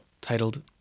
titled